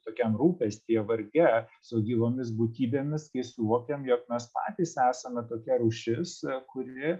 tokiam rūpestyje varge su gyvomis būtybėmis kai suvokiam jog mes patys esame tokia rūšis kuri